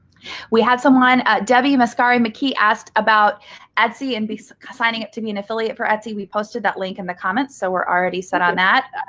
we had someone w. miskara miki asked about etsy and so signing up to be an affiliate for etsy. we posted that link in the comments. so we're already set on that.